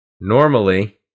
Normally